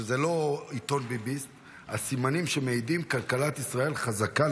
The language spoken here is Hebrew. שזה לא עיתון ביביסטי: "הסימנים שמעידים: כלכלת ישראל חזקה,